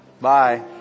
Bye